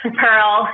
pearl